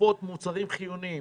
תרופות ומוצרים חיוניים,